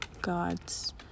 God's